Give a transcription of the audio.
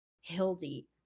Hildy